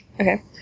Okay